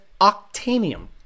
Octanium